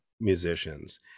musicians